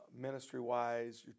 Ministry-wise